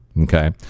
okay